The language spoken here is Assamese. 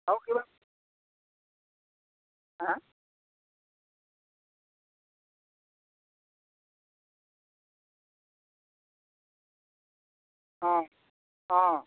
আৰু কিবা হেঁ হেঁ অঁ অঁ